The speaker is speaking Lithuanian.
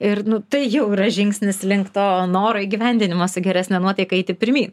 ir nu tai jau yra žingsnis link to noro įgyvendinimo su geresne nuotaika eiti pirmyn